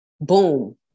boom